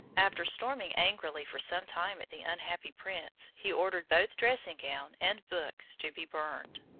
after storming angrily for some time at the unhappy prince, he ordered both dressing-gown and books to be burned.